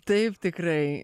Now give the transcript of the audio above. taip tikrai